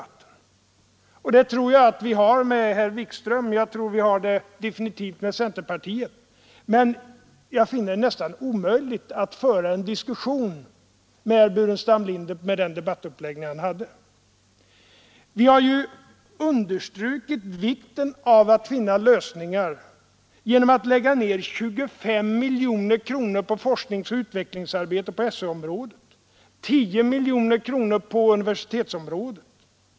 Och det tror jag att vi har med herr Wikström och definitivt med centerpartiet, men jag finner det nästan omöjligt att föra en diskussion med herr Burenstam Linder enligt den debattuppläggning han hade. Vi har ju understrukit vikten av att finna lösningar genom att lägga ned 25 miljoner kronor på forskningsoch utbildningsarbete inom SÖ-området och 10 miljoner kronor på universitetsområdet.